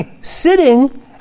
sitting